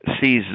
sees